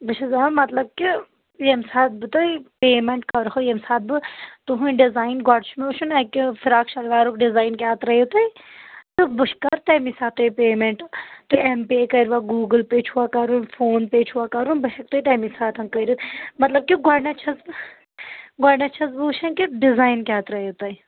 بہٕ چھَس دَپان مطلب کہِ ییٚمہِ ساتہٕ بہٕ تۄہہِ پیمٮ۪نٛٹ کَرٕہو ییٚمہِ ساتہٕ بہٕ تُہنٛدۍ ڈِزاین گۄڈٕ چھُ مےٚ وٕچھُن اَکہِ فراک شلوارُک ڈِزاین کیٛاہ ترٛأیِو تُہۍ تہٕ بہٕ کرو تَمی ساتہٕ تۄہہِ پیمٮ۪نٛٹ تہٕ اٮ۪م پے کٔرۍوا گوٗگل پے چھُوا کرُن فون پے چھُوا کرُن بہٕ ہٮ۪کہٕ تۄہہِ تَمی ساتَن کٔرِتھ مطلب کہِ گۄڈنٮ۪تھ چھَس بہٕ گۄڈنٮ۪تھ وٕچھان کہِ ڈِزاین کیٛاہ ترٛأیِو تُہۍ